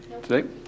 today